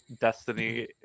destiny